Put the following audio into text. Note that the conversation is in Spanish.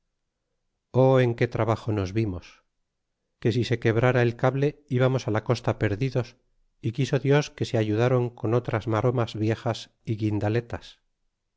o en qué trabajo nos vimos t que si se quebrara el cable ibarnos la costa perdidos y quiso dios que se ayudaron con otras maromas viejas y